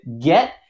get